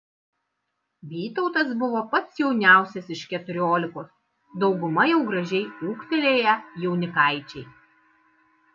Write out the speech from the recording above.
vytautas buvo pats jauniausias iš keturiolikos dauguma jau gražiai ūgtelėję jaunikaičiai